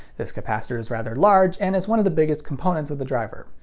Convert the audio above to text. this capacitor is rather large and it's one of the biggest component of the driver.